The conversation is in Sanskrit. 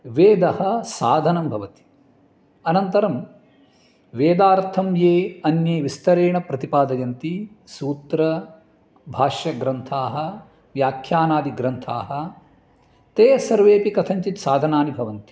वेदः साधनं भवति अनन्तरं वेदार्थं ये अन्ये विस्तरेण प्रतिपादयन्ति सूत्रभाष्यग्रन्थाः व्याख्यानादिग्रन्थाः ते सर्वेऽपि कथञ्चित् साधनानि भवन्ति